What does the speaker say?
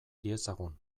diezagun